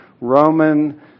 Roman